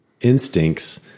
instincts